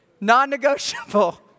Non-negotiable